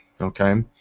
okay